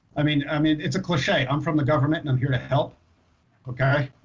i mean i mean it's a cliche i'm from the government and i'm here to help okay.